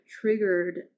triggered